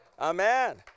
Amen